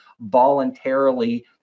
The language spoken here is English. voluntarily